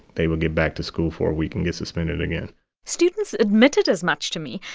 they would get back to school for a week and get suspended again students admitted as much to me.